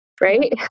Right